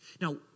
Now